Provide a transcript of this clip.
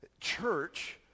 Church